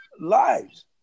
lives